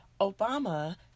Obama